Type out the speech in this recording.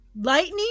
lightning